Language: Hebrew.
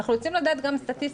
אנחנו רוצים לדעת גם סטטיסטיקה.